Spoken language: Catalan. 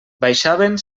baixaven